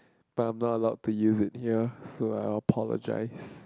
but I'm not allowed to use it here so I apologise